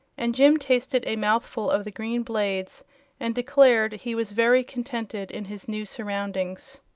and jim tasted a mouthful of the green blades and declared he was very contented in his new surroundings.